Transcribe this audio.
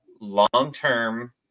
Long-term